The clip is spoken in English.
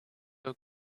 look